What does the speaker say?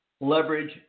leverage